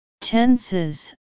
tenses